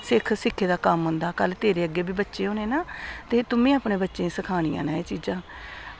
सिक्ख सिक्खै दा कम्म होंदा ते कल्ल गी तेरे बी बच्चे होने न ते तूं बी अपने बच्चें गी सखानियां न एह् चीज़ां